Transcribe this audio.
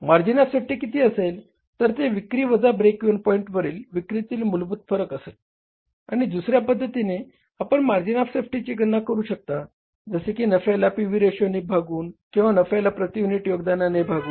margin of safety किती असेल तर ते विक्री वजा ब्रेक इव्हन पॉईंट वरील विक्रीतील मूलभूत फरक असेल आणि दुसऱ्या पद्धतीने आपण मार्जिन ऑफ सेफ्टीची गणना करू शकता जसे की नफ्याला पी व्ही रेशोने भागून किंवा नफ्याला प्रती युनिट योगदानाने भागून